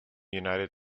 united